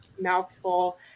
mouthful